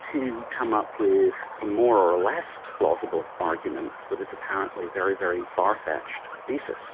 to come up with a more or less plausible argument for this apparently very, very far-fetched thesis,